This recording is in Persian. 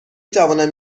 توانم